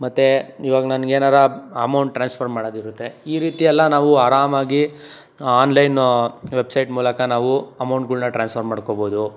ಮತ್ತೆ ಇವಾಗ ನನ್ಗೆನಾರ ಅಮೌಂಟ್ ಟ್ರಾನ್ಸ್ಫರ್ ಮಾಡೋದಿರತ್ತೆ ಈ ರೀತಿ ಎಲ್ಲ ನಾವು ಆರಾಮಾಗಿ ಆನ್ಲೈನ್ ವೆಬ್ಸೈಟ್ ಮೂಲಕ ನಾವು ಅಮೌಂಟ್ಗಳ್ನ ಟ್ರಾನ್ಸ್ಫರ್ ಮಾಡ್ಕೊಬೋದು